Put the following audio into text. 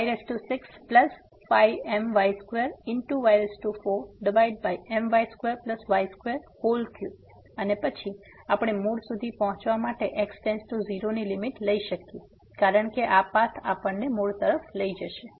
તેથી અમારી પાસે છે y65my2y4my2y23 અને પછી આપણે મૂળ સુધી પહોંચવા માટે x → 0 ની લીમીટ લઈ શકીએ કારણ કે આ પાથ આપણને મૂળ તરફ લઈ જશે